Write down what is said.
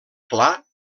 clar